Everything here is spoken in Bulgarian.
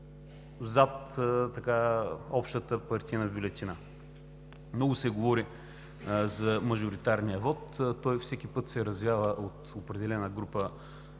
зад общата партийна бюлетина. Много се говори за мажоритарния вот – той всеки път се развява от определена група